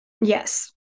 Yes